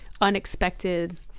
unexpected